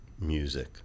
music